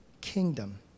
kingdom